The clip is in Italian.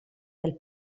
del